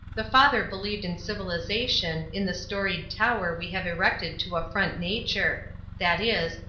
the father believed in civilization, in the storied tower we have erected to affront nature that is,